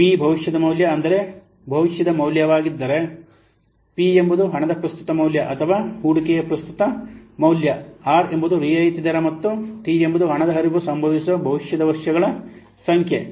P ಭವಿಷ್ಯದ ಮೌಲ್ಯ ಅಂದರೆ ಭವಿಷ್ಯದ ಮೌಲ್ಯವಾಗಿದ್ದರೆ ಪಿ ಎಂಬುದು ಹಣದ ಪ್ರಸ್ತುತ ಮೌಲ್ಯ ಅಥವಾ ಹೂಡಿಕೆಯ ಪ್ರಸ್ತುತ ಮೌಲ್ಯ ಆರ್ ಎಂಬುದು ರಿಯಾಯಿತಿ ದರ ಮತ್ತು ಟಿ ಎಂಬುದು ಹಣದ ಹರಿವು ಸಂಭವಿಸುವ ಭವಿಷ್ಯದ ವರ್ಷಗಳ ಸಂಖ್ಯೆ